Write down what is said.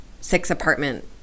six-apartment